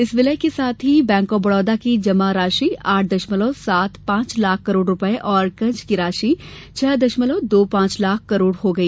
इस विलय के साथ ही बैंक ऑफ बड़ौदा की जमा राशि आठ दशमलव सात पांच लाख करोड़ रूपये और कर्ज की राशि छह दशमलव दो पांच लाख करोड़ रूपये हो गई